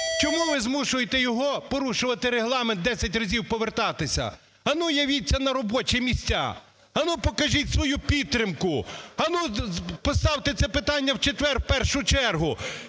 Чому ви змушуєте його порушувати Регламент: десять разів повертатися? "Ану явіться на робочі місця! Ану покажіть свою підтримку! Ану поставте це питання в четвер в першу чергу!"